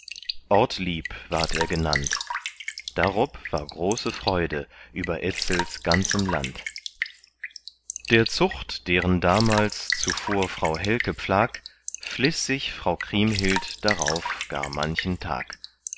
ortlieb ward er genannt darob war große freude über etzels ganzem land der zucht deren jemals zuvor frau helke pflag fliß sich frau kriemhild darauf gar manchen tag